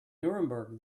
nuremberg